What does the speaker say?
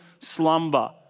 slumber